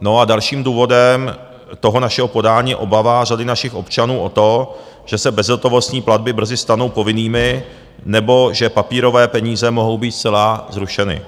No, a dalším důvodem toho našeho podání je obava řady našich občanů o to, že se bezhotovostní platby brzy stanou povinnými, nebo že papírové peníze mohou být zcela zrušeny.